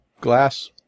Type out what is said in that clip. glass